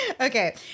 Okay